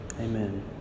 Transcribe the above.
Amen